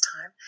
time